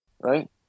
Right